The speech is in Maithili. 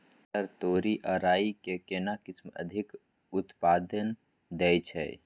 सर तोरी आ राई के केना किस्म अधिक उत्पादन दैय छैय?